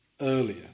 earlier